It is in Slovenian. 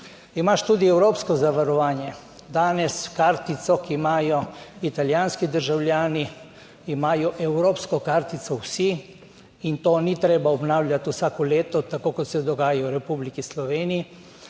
Imaš tudi evropsko zavarovanje danes kartico, ki imajo italijanski državljani, imajo evropsko kartico vsi in to ni treba obnavljati vsako leto, tako kot se dogaja v Republiki Sloveniji.